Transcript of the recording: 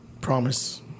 Promise